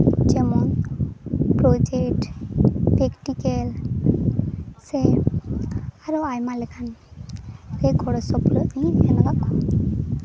ᱡᱮᱢᱚᱱ project practical ᱥᱮ ᱟᱨᱚ ᱟᱭᱢᱟ ᱞᱮᱠᱟᱱ ᱨᱮ ᱜᱚᱲᱚᱥᱚᱯᱲᱚᱫ ᱤᱧ ᱮᱢ ᱠᱟᱜ ᱠᱚᱣᱟ